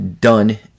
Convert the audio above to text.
done –